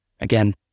again